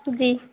جی